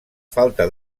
falta